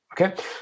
Okay